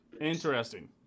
Interesting